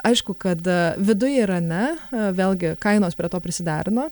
aišku kad viduj irane vėlgi kainos prie to prisiderino